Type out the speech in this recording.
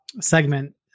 segment